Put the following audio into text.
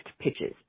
pitches